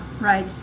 right